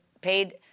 paid